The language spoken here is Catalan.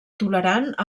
tolerant